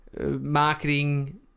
marketing